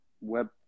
Web